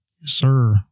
Sir